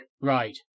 Right